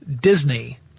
Disney